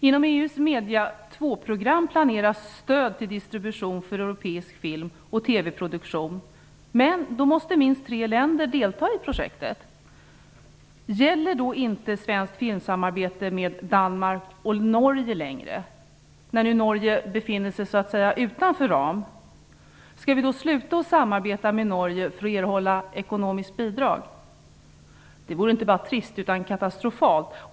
Inom EU:s Media 2-program planeras stöd till distribution av europeisk film och TV-produktion. Då måste minst tre länder delta i projektet. Gäller då inte svenskt filmsamarbete med Danmark och Norge, när nu Norge befinner sig "utanför ram"? Skall vi sluta att samarbeta med Norge för att erhålla ekonomiskt bidrag? Det vore inte bara trist utan katastrofalt.